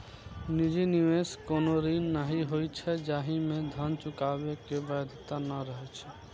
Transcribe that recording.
निजी निवेश कोनो ऋण नहि होइ छै, जाहि मे धन चुकाबै के बाध्यता नै रहै छै